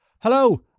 Hello